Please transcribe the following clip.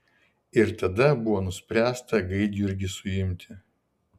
ir tada buvo nuspręsta gaidjurgį suimti